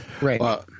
Right